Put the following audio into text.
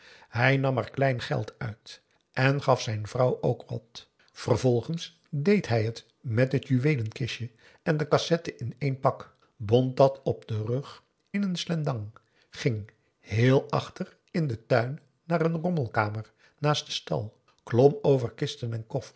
hij nam er klein geld uit en gaf zijn vrouw ook wat vervolgens deed hij het met t juweelenkistje en de cassette in één pak bond dat op den rug in een slendang ging heel achter in den tuin naar een rommelkamer naast den stal klom over kisten en